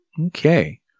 Okay